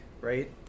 right